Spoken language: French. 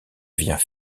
vient